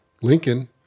Lincoln